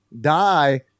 die